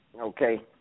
okay